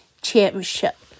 championship